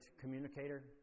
communicator